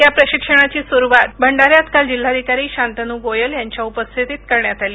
या प्रशिक्षणाची सुरुवात भंडाऱ्यात काल जिल्हाधिकारी शांतनू गोयल यांच्या उपस्थितीत करण्यात आली